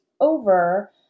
over